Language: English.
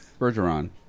Bergeron